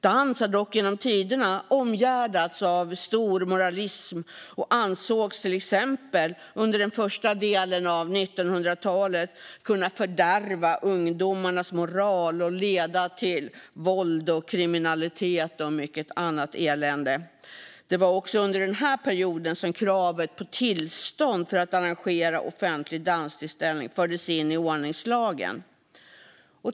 Dans har dock genom tiderna omgärdats av stor moralism och ansågs till exempel under den första delen av 1900-talet kunna fördärva ungdomarnas moral och leda till våld, kriminalitet och mycket annat elände. Det var också under denna period som kravet på tillstånd för att arrangera offentlig danstillställning fördes in i ordningslagen.